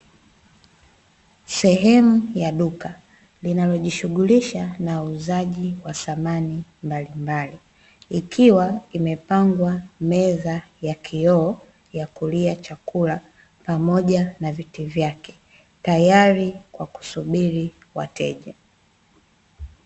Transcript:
Sehemu ya duka linalojishughulisha na uuzaji wa samani mbalimbali, ikiwa imepangwa meza ya kioo ya kulia chakula pamoja na viti vyake, tayari kwa kusubiri wateja.